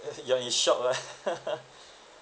you're inshock ah